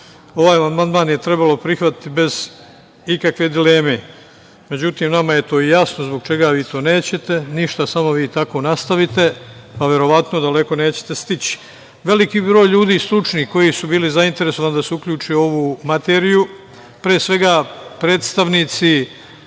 ovaj amandman je trebalo prihvatiti bez ikakve dileme. Međutim, nama je to jasno zbog čega vi to nećete. Ništa, samo vi tako nastavite, pa verovatno daleko nećete stići. Veliki broj ljudi stručnih koji su bili zainteresovani da se uključe u ovu materiju, pre svega predstavnici